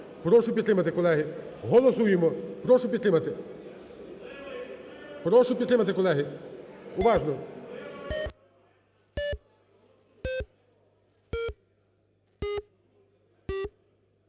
прошу підтримати, колеги. Голосуємо, прошу підтримати. Прошу підтримати, колеги. Уважно!